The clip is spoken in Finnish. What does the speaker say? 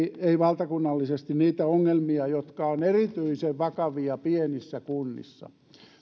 ei valtakunnallisesti niistä ongelmista jotka ovat erityisen vakavia pienissä kunnissa